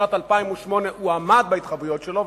בשנת 2008 הוא עמד בהתחייבויות שלו,